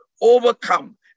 overcome